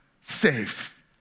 safe